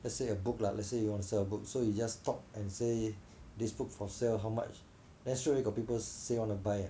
let's say a book lah let's say you want to sell a book so you just talk and say this book how much they straight away got people say want to buy